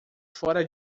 fora